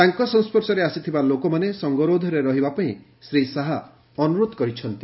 ତାଙ୍କ ସଂସ୍କର୍ଶରେ ଆସିଥିବା ଲୋକମାନେ ସଙ୍ଗରୋଧରେ ରହିବା ପାଇଁ ଶ୍ରୀ ଶାହା ଅନ୍ତରୋଧ କରିଛନ୍ତି